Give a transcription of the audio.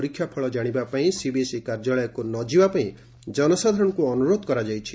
ପରୀକ୍ଷା ଫଳ କାଶିବା ପାଇଁ ସିବିଏସ୍ଇ କାର୍ଯ୍ୟାଳୟକୁ ନ ଯିବା ପାଇଁ ଜନସାଧାରଣଙ୍କୁ ଅନୁରୋଧ କରିଛି